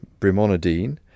brimonidine